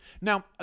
Now